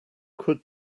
could